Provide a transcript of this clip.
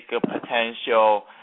potential